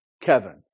Kevin